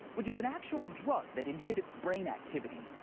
which is an actual drug that inhibits brain activity.